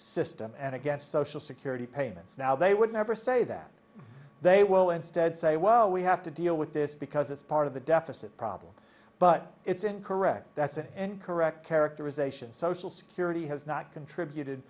system and against social security payments now they would never say that they will instead say well we have to deal with this because it's part of the deficit problem but it's incorrect that's an incorrect characterization social security has not contributed